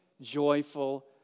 joyful